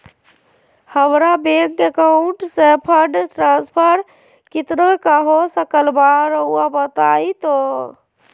हमरा bank account से fund transfer कितना का हो सकल बा रुआ बताई तो?